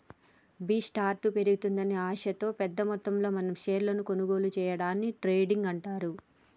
B స్టార్ట్ పెరుగుతుందని ఆశతో పెద్ద మొత్తంలో మనం షేర్లను కొనుగోలు సేయడాన్ని ట్రేడింగ్ అంటారు